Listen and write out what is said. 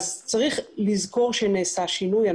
צריך לזכור שנעשה שינוי.